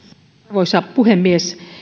arvoisa puhemies